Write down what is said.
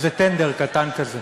איזה טנדר קטן כזה